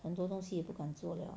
很多东西也不敢做 liao